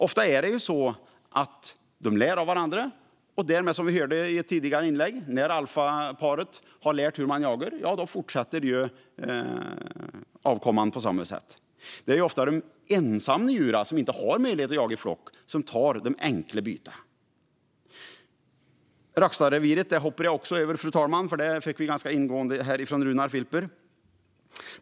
Som vi hörde i ett tidigare inlägg lär de av varandra, så när alfaparet har lärt sig hur man jagar fortsätter avkomman på samma sätt. Det är ofta ensamma djur, som inte har möjlighet att jaga i flock, som tar enkla byten. Rackstadreviret hoppar jag över, fru talman, för det beskrev Runar Filper ganska ingående.